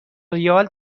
ریال